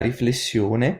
riflessione